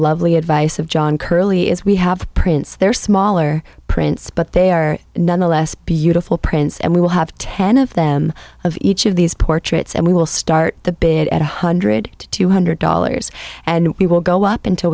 lovely advice of john curly is we have prints they're smaller prints but they are nonetheless beautiful prints and we will have ten of them of each of these portraits and we will start the bid at one hundred two hundred dollars and we will go up until